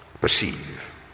Perceive